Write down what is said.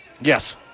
Yes